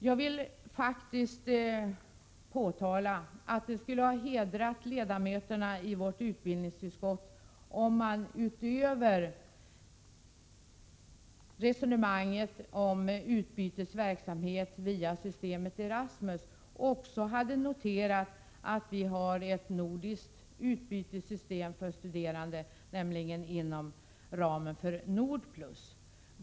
Jag vill faktiskt säga att det skulle ha hedrat ledamöterna i vårt utbildningsutskott om de utöver resonemanget om utbytesverksamhet via systemet Erasmus också hade noterat att vi har ett nordiskt utbytessystem för studerande, nämligen inom ramen för NORDPLUS.